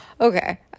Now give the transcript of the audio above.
okay